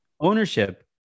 ownership